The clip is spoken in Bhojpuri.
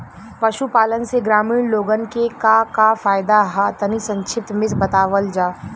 पशुपालन से ग्रामीण लोगन के का का फायदा ह तनि संक्षिप्त में बतावल जा?